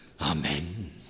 Amen